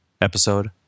episode